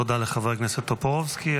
תודה לחבר הכנסת טופורובסקי.